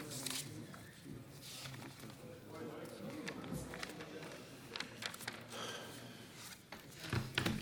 לכם.